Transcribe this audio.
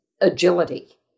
agility